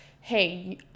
hey